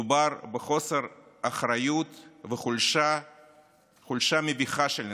מדובר בחוסר אחריות וחולשה מביכה של נתניהו.